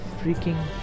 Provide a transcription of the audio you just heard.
Freaking